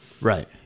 Right